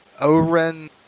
Oren